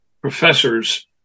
professors